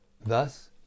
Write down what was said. Thus